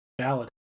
Valid